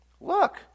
look